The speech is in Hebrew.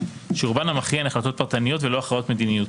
שרובן המכריע הן החלטות פרטניות ולא הכרעות מדיניות,